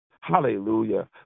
Hallelujah